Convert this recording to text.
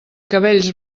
cabells